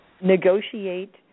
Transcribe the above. negotiate